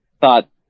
thought